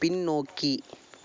பின்னோக்கி